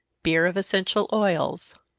beer of essential oils.